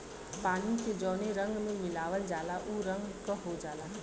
पानी के जौने रंग में मिलावल जाला उ रंग क हो जाला